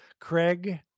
Craig